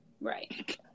Right